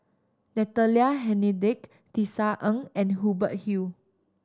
Natalie Hennedige Tisa Ng and Hubert Hill